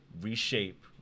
reshape